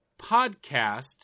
podcasts